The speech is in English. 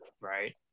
right